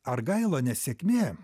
argailo nesėkmė